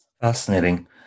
Fascinating